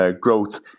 growth